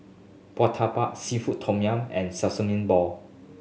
Murtabak Seafood Tom Yum and Sesame Ball